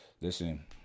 listen